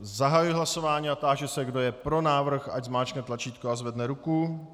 Zahajuji hlasování a táži se, kdo je pro návrh, ať zmáčkne tlačítko a zvedne ruku.